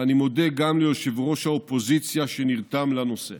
ואני מודה גם לראש האופוזיציה, שנרתם לנושא.